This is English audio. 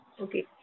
Okay